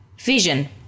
Vision